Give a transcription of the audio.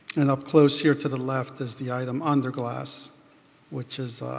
and up close here to the left is the item under glass which is